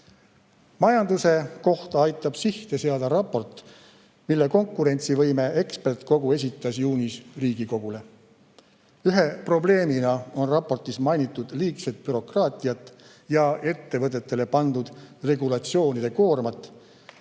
Majanduse kohta aitab sihte seada raport, mille konkurentsivõime ekspertkogu esitas juunis Riigikogule. Ühe probleemina on raportis mainitud liigset bürokraatiat ja ettevõtetele pandud regulatsioonide koormat,